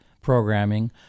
programming